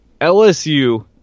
LSU